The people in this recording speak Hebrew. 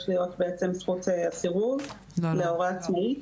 להיות בעצם זכות הסירוב להורה עצמאי.